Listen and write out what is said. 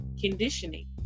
conditioning